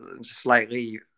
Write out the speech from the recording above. slightly